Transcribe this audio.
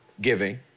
giving